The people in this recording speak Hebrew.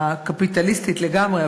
הקפיטליסטית לגמרי,